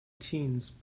teens